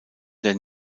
der